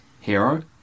hero